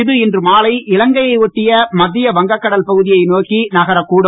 இது இன்று மாலை இலங்கையை ஒட்டிய மத்திய வங்கக்கடல் பகுதியை நோக்கி நகரக்கூடும்